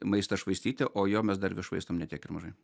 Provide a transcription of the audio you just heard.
maistą švaistyti o jo mes dar vis švaistom ne tiek ir mažai